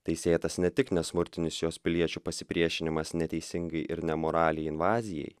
teisėtas ne tik nesmurtinis jos piliečių pasipriešinimas neteisingai ir nemoraliai invazijai